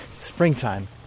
springtime